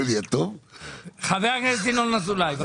חבר הכנסת ינון אזולאי.